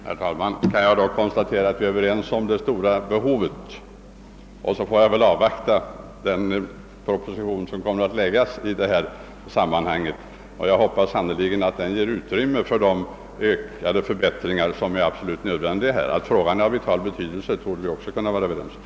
Herr talman! Kan jag då konstatera att vi är överens om det stora behovet? Och så får jag väl avvakta nästa proposition som kommer att framläggas i frågan. Jag hoppas sannerligen att den ger utrymme för de förbättringar som är absolut nödvändiga. Att frågan är av vital betydelse torde vi också kunna vara överens om.